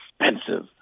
expensive